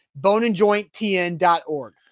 boneandjointtn.org